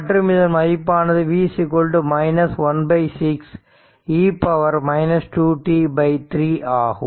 மற்றும் இதன் மதிப்பானது v 1 6 e 2t 3 ஆகும்